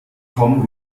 kommt